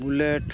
bullet